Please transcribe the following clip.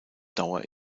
dauer